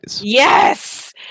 yes